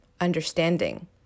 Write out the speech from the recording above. understanding